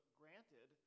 granted